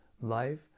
life